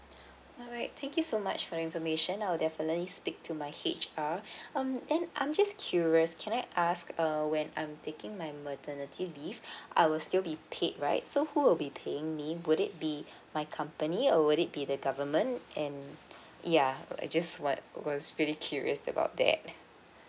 alright thank you so much for your information I'll definitely speak to my H_R um and I'm just curious can I ask err when I'm taking my maternity leave I will still be paid right so who will be paying me would it be my company or would it be the government and yeah I just wa~ was really curious about that